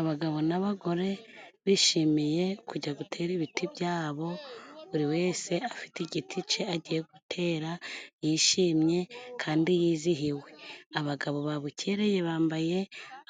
Abagabo n'abagore bishimiye kujya gutera ibiti byabo buri wese afite igiti ce agiye gutera yishimye kandi yizihiwe abagabo babukereye bambaye